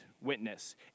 witness